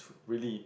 really